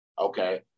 okay